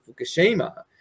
Fukushima